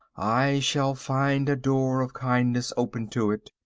i shall find a door of kindness open to it.